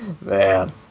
man